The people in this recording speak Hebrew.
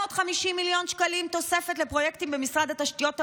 750 מיליון שקלים תוספת לפרויקטים במשרד התשתיות הלאומיות,